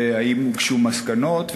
האם הוגשו מסקנות,